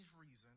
reason